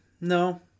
no